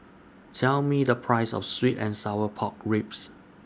Tell Me The Price of Sweet and Sour Pork Ribs